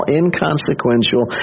inconsequential